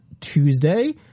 Tuesday